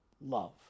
love